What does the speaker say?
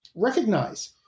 recognize